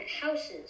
houses